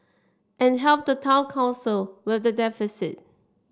and help the town council with the deficit